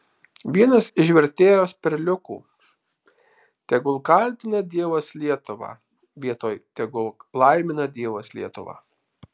vienas iš vertėjos perliukų tegul kaltina dievas lietuvą vietoj tegul laimina dievas lietuvą